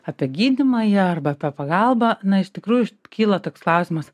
apie gydymą ja arba apie pagalbą na iš tikrųjų kyla toks klausimas